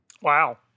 Wow